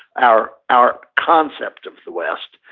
our our concept of the west,